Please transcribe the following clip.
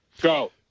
Go